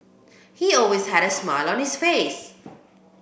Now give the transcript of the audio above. he always had a smile on his face